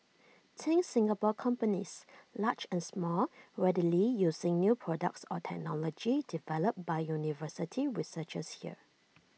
think Singapore companies large and small readily using new products or technology developed by university researchers here